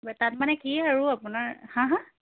তাত মানে কি আৰু আপোনাৰ হাঁ হাঁ